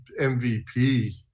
MVP